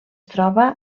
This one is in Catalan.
troba